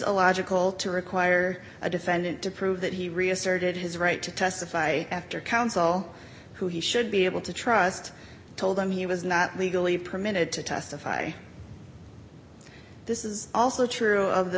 a logical to require a defendant to prove that he reasserted his right to testify after counsel who he should be able to trust told him he was not legally permitted to testify this is also true of